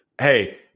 Hey